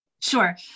Sure